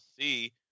see